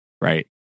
right